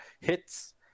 hits